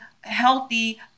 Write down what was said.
healthy